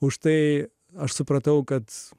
užtai aš supratau kad